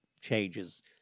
changes